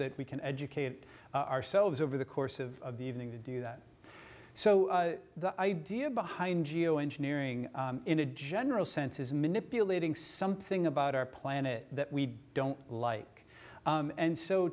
that we can educate ourselves over the course of the evening to do that so the idea behind geo engineering in a general sense is manipulating something about our planet we don't like and so